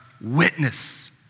witness